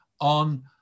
on